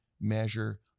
measure